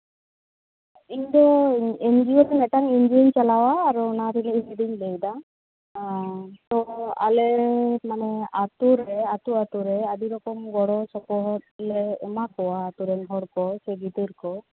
ᱤᱧᱫᱚ ᱮᱱᱡᱤᱭᱳ ᱢᱤᱫᱴᱟᱝ ᱮᱱᱡᱤᱭᱳᱧ ᱪᱟᱞᱟᱣᱟ ᱟᱫᱚ ᱚᱸᱰᱮ ᱠᱷᱚᱱᱜᱤᱧ ᱞᱟᱹᱭᱫᱟ ᱦᱮᱸ ᱛᱚ ᱟᱞᱮ ᱢᱟᱱᱮ ᱟᱛᱳᱨᱮ ᱟᱛᱳᱼᱟᱛᱳ ᱨᱮ ᱟᱹᱰᱤ ᱨᱚᱠᱚᱢ ᱜᱚᱲᱚ ᱥᱚᱯᱚᱦᱚᱫ ᱞᱮ ᱮᱢᱟ ᱠᱚᱣᱟ ᱟᱛᱳᱨᱮᱱ ᱦᱚᱲ ᱠᱚ ᱥᱮ ᱜᱤᱫᱟᱹᱨ ᱠᱚ